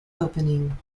opening